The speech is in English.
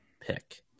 pick